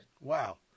Wow